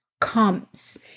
comes